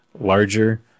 larger